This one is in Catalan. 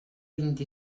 vint